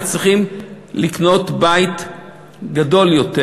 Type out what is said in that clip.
וצריכים לקנות בית גדול יותר,